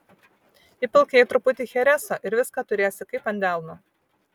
įpilk jai truputį chereso ir viską turėsi kaip ant delno